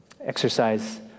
Exercise